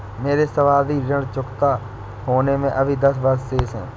मेरे सावधि ऋण चुकता होने में अभी दस वर्ष शेष है